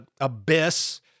abyss